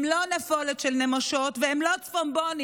הם לא נפולת של נמושות והם לא צפונבונים,